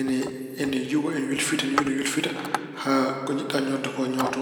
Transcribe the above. Ene- ene yuwa ene yulfita, ene yuwa ene yulfita haa ko njiɗɗa ñoodde ñooto.